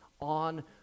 on